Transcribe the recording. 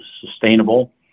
sustainable